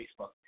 Facebook